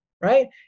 right